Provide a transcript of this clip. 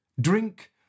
Drink